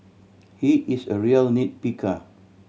he is a real nit picker